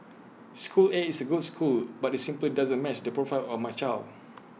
school A is A good school but IT simply doesn't match the profile of my child